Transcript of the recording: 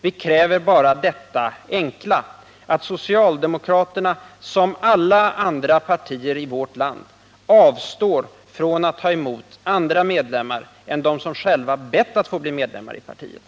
Vi kräver bara detta enkla att socialdemokraterna, som alla andra partier i vårt land, avstår från att som medlemmar ta emot andra än dem som själva bett att få bli medlemmar i partiet.